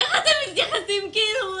איך אתם מתייחסים כאילו...